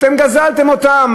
אתם גזלתם אותם,